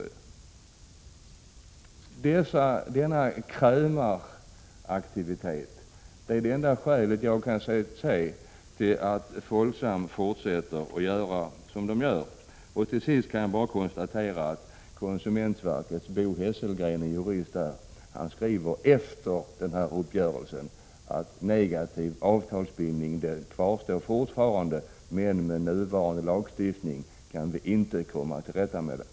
Man vill fortsätta med denna krämaraktivitet — det är det enda skäl som jag kan se till Folksams agerande. Till sist kan jag bara tala om att en jurist på konsumentverket, Bo Hesselgren, efter uppgörelsen skrivit att negativ avtalsbindning fortfarande kvarstår men att vi med nuvarande lagstiftning inte kan komma till rätta med den.